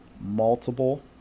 multiple